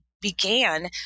began